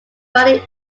divided